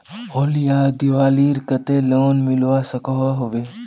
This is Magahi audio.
होली या दिवालीर केते लोन मिलवा सकोहो होबे?